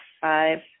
five